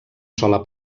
sola